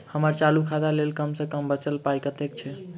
हम्मर चालू खाता लेल कम सँ कम बचल पाइ कतेक छै?